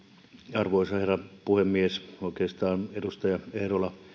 arvoisa herra puhemies oikeastaan edustaja eerola